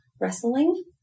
wrestling